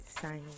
science